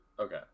Okay